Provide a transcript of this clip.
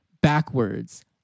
backwards